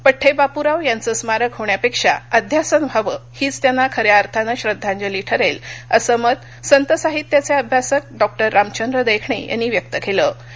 पड्डबिप्राव यांच स्मारक होण्यापक्षी अध्यासन व्हावं हीच त्यांना खऱ्या अर्थानश्रिद्धांजली ठरक्षी असं मत संत साहित्याच विभ्यासक डॉक्टर रामचंद्र दखिण्यिनी व्यक्त कवि